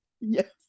yes